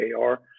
AR